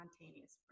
spontaneous